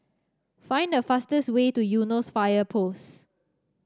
find the fastest way to Eunos Fire Post